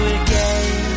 again